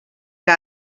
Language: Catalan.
que